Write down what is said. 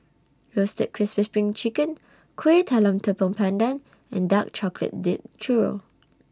Roasted Crispy SPRING Chicken Kuih Talam Tepong Pandan and Dark Chocolate Dipped Churro